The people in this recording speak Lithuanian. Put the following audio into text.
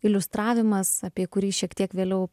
iliustravimas apie kurį šiek tiek vėliau